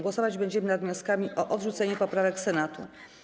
Głosować będziemy nad wnioskami o odrzucenie poprawek Senatu.